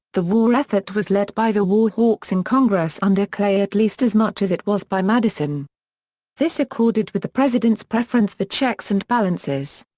the war effort was led by the war hawks in congress under clay at least as much as it was by madison this accorded with the president's preference for checks and balances.